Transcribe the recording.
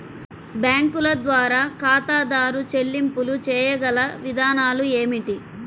బ్యాంకుల ద్వారా ఖాతాదారు చెల్లింపులు చేయగల విధానాలు ఏమిటి?